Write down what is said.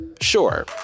Sure